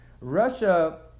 Russia